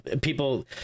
people